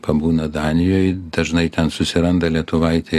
pabūna danijoj dažnai ten susiranda lietuvaitę